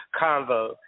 convo